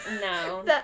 No